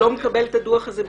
הוא בעיקרון לא מקבל את הדוח הזה.